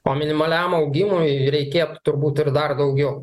o minimaliam augimui reikėtų turbūt ir dar daugiau